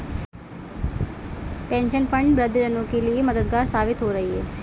pension fund वृद्ध जनों के लिए मददगार साबित हो रही है